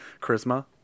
charisma